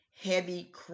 heavy